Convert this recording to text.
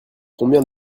combien